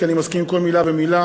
כי אני מסכים לכל מילה ומילה